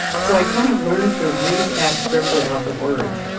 so i kind of learned to read that strip without the words.